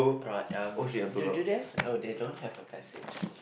alright um do they have oh they don't have a passage